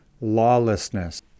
lawlessness